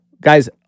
Guys